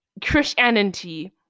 Christianity